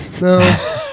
No